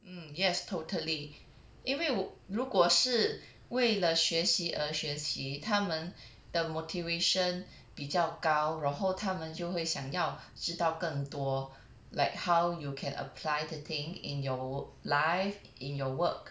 mm yes totally 因为如果是为了学习学习他们的 motivation 比较高然后他们就会想要知道更多 like how you can apply the thing in your life in your work